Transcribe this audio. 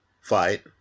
fight